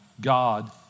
God